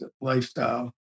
lifestyle